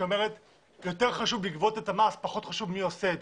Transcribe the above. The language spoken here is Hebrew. שאומרת שיותר חשוב לגבות את המס ופחות חשוב מי עושה זאת.